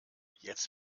jetzt